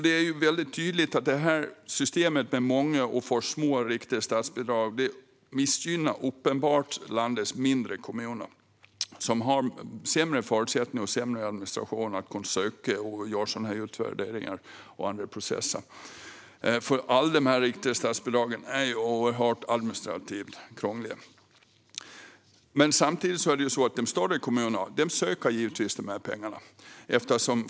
Det blir uppenbart att systemet med många och små riktade statsbidrag missgynnar landets små kommuner som har sämre förutsättningar och administration för att kunna söka, göra utvärderingar och andra processer. Alla riktade statsbidrag är oerhört administrativt krångliga. Samtidigt söker givetvis de större kommunerna de här pengarna.